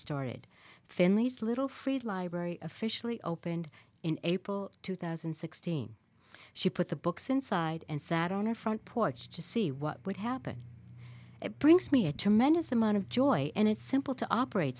storied families little free library officially opened in april two thousand and sixteen she put the books inside and sat on her front porch to see what would happen it brings me a tremendous amount of joy and it's simple to operate